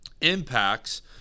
impacts